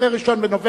אחרי 1 בנובמבר,